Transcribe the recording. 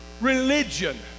religion